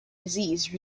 disease